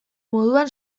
moduan